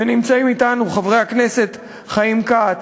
ונמצאים אתנו חברי הכנסת חיים כץ,